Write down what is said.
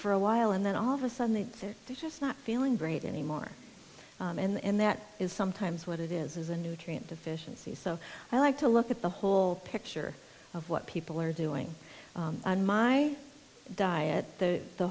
for a while and then all of a sudden that they're just not feeling great anymore and that is sometimes what it is is a nutrient deficiency so i like to look at the whole picture of what people are doing on my diet the